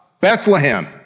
Bethlehem